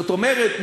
זאת אומרת,